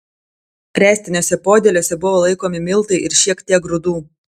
ręstiniuose podėliuose buvo laikomi miltai ir šiek tiek grūdų